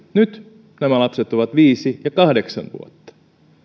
nyt nämä lapset ovat viisi ja kahdeksan vuotta